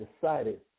decided